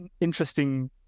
interesting